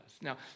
Now